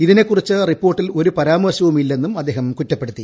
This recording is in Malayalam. ഇതിനെകുറിച്ച് റിപ്പോർട്ടിൽ ഒരു പരാമർശവുമില്ലെന്നും അദ്ദേഹം കുറ്റപ്പെടുത്തി